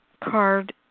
card